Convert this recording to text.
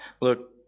Look